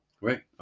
Right